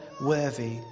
worthy